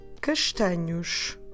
castanhos